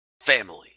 Family